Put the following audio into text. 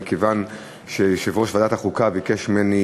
מכיוון שיושב-ראש ועדת החוקה ביקש ממני